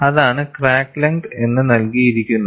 അതാണ് crack length എന്ന് നൽകിയിരിക്കുന്നത്